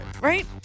Right